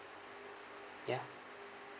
ya